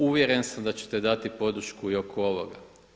Uvjeren sam da ćete dati podršku i oko ovoga.